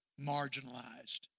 marginalized